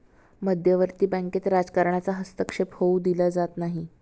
मध्यवर्ती बँकेत राजकारणाचा हस्तक्षेप होऊ दिला जात नाही